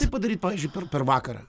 tai padaryti pavyzdžiui per per vakarą